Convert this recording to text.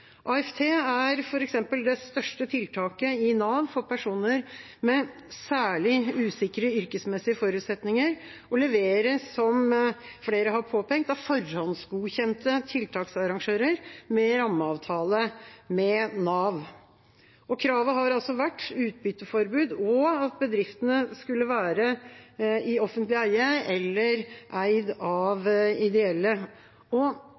AFT er f.eks. det største tiltaket i Nav for personer med særlig usikre yrkesmessige forutsetninger og leveres, som flere har påpekt, av forhåndsgodkjente tiltaksarrangører med rammeavtale med Nav. Kravet har vært utbytteforbud og at bedriftene skulle være i offentlig eie eller eid av